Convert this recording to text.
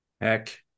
Heck